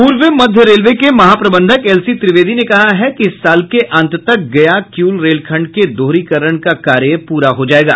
पूर्व मध्य रेलवे के महाप्रबंधक एल सी त्रिवेदी ने कहा है कि इस साल के अंत तक गया किउल रेलखंड के दोहरीकरण का कार्य पूरा हो जाएगा